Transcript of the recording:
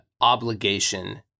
obligation